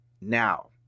now